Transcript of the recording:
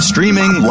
Streaming